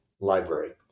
library